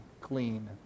clean